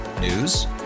News